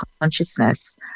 consciousness